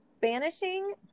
Banishing